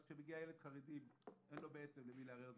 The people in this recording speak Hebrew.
כאשר מגיע ילד חרדי אין לו בעצם למי לערער,